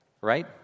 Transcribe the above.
right